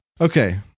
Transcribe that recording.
Okay